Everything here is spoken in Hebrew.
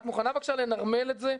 את מוכנה בבקשה לנרמל את זה?